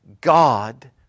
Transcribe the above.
God